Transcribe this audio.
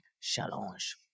Challenge